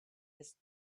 its